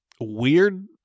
weird